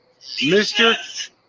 Mr